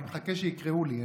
אני מחכה שיקראו לי,